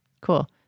Cool